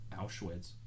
auschwitz